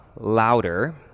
louder